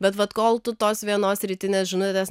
bet vat kol tu tos vienos rytinės žinutės